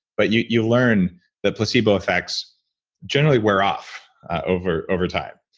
but you you learn the placebo effects generally wear off over over time.